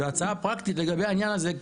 וההצעה הפרקטית לגבי העניין הזה,